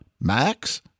Max